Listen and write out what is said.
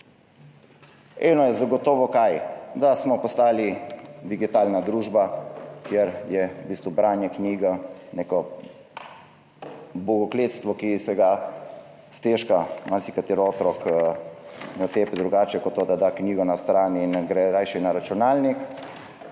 Eno je zagotovo – kaj? Da smo postali digitalna družba, kjer je v bistvu branje knjig neko bogokletstvo, ki se ga stežka marsikateri otrok otepe drugače kot tako, da da knjigo na stran in gre rajši na računalnik.